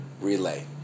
relay